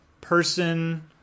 person